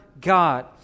God